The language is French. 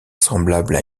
semblable